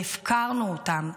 והפקרנו אותם.